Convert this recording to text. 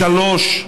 שלוש: